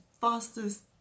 fastest